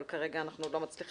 אבל כרגע אנחנו לא מצליחים.